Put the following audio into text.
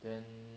then